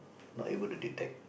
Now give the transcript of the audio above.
not able to detect